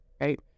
right